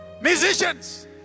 Musicians